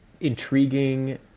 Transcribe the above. intriguing